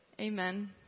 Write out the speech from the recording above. Amen